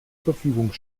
verfügung